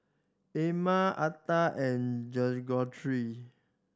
Ama Arta and Greggory